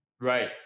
Right